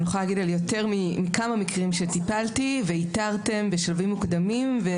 אני יכולה להגיד על כמה מקרים בהם טיפלתי שאיתרתם בשלבים מוקדמים.